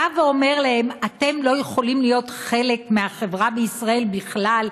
אומר להם: אתם לא יכולים להיות חלק מהחברה בישראל בכלל,